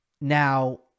Now